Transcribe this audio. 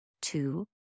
two